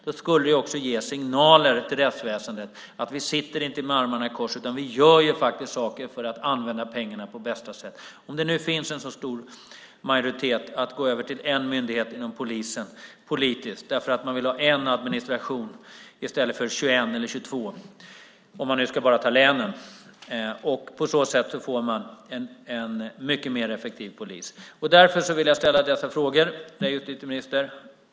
Det skulle också ge signaler till rättsväsendet att vi inte sitter med armarna i kors utan att vi faktiskt gör saker för att använda pengarna på bästa sätt. Det finns nu en stor majoritet politiskt för att gå över till en myndighet inom polisen därför att man vill ha en administration i stället för 21 eller 22, om man nu bara ska ta länen. På så sätt får man en mycket mer effektiv polis. Därför vill jag ställa dessa frågor till justitieministern.